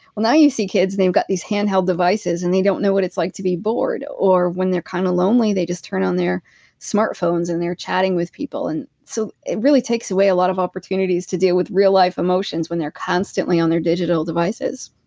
now you see kids, and they've got these hand-held devices, and they don't know what it's like to be bored or when they're kind of lonely, they just turn on their smartphones and they're chatting with people. and so, it really takes away a lot of opportunities to deal with real life emotions when they're constantly on their digital devices